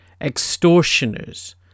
extortioners